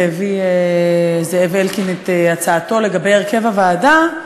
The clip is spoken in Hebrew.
והביא זאב אלקין את הצעתו לגבי הרכב הוועדה,